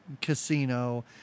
casino